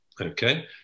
Okay